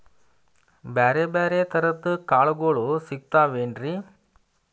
ಬ್ಯಾರೆ ಬ್ಯಾರೆ ತರದ್ ಕಾಳಗೊಳು ಸಿಗತಾವೇನ್ರಿ?